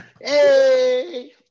Hey